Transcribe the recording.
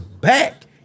back